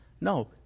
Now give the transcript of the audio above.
No